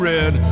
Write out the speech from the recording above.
Red